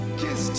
kiss